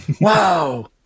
Wow